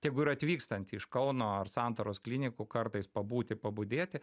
tegu ir atvykstanti iš kauno ar santaros klinikų kartais pabūti pabudėti